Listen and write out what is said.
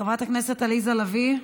חברת הכנסת עליזה לביא,